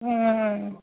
অঁ